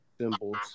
symbols